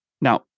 Now